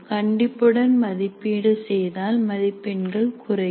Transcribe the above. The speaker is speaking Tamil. கண்டிப்புடன் மதிப்பீடு செய்தால் மதிப்பெண்கள் குறையும்